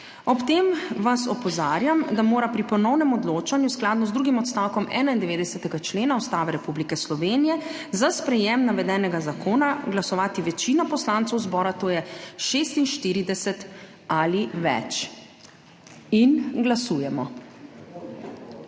Ob tem vas opozarjam, da mora pri ponovnem odločanju skladno z drugim odstavkom 91. člena Ustave Republike Slovenije za sprejem navedenega zakona glasovati večina poslancev zbora, to je 46 ali več. Glasujemo.